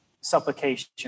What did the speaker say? supplication